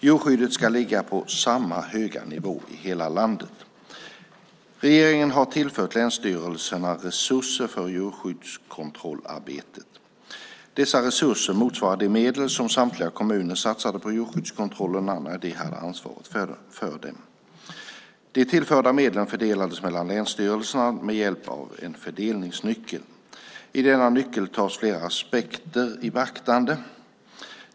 Djurskyddet ska ligga på samma höga nivå i hela landet! Regeringen har tillfört länsstyrelserna resurser för djurskyddskontrollarbetet. Dessa resurser motsvarar de medel som samtliga kommuner satsade på djurskyddskontrollerna när de hade ansvar för dem. De tillförda medlen fördelas mellan länsstyrelserna med hjälp av en fördelningsnyckel. I denna nyckel tas flera aspekter i beaktande.